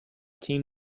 team